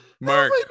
Mark